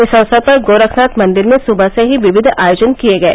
इस अक्सर पर गोरखनाथ मंदिर में सुबह से ही विविध आयोजन किये गये